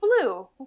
blue